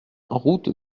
route